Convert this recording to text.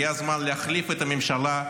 הגיע הזמן להחליף את הממשלה,